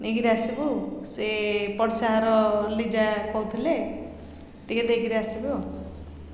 ନେଇକିରି ଆସିବୁ ସେ ପଡ଼ିଶା ଘର ଲିଜା କହୁଥିଲେ ଟିକେ ଦେଇକିରି ଆସିବୁ ଆଉ